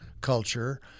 culture